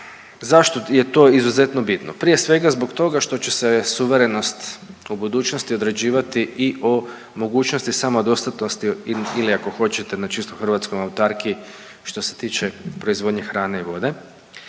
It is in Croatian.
zašto je to izuzetno bitno? Prije svega zbog toga što će se suverenost u budućnosti određivati i o mogućnosti samodostatnosti ili, ili ako hoćete na čistom hrvatskom autarkiji što se tiče proizvodnje hrane i vode,